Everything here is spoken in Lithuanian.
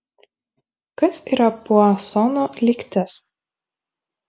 kas yra puasono lygtis